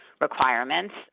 requirements